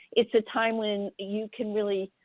it's a time when you can really,